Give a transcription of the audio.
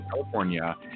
California